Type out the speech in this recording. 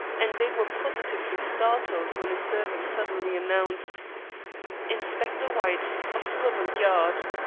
and they were positively startled when a servant suddenly announced inspector white, of scotland yard.